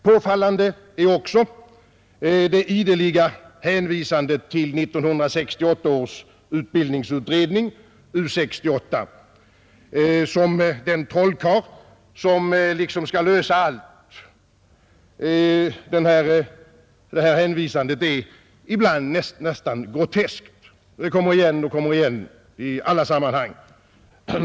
Påfallande är också det ideliga hänvisandet till 1968 års utbildningsutredning, U 68, som den trollkarl som liksom skall lösa allt. Det här hänvisandet är ibland nästan groteskt. Det kommer igen i alla sammanhang.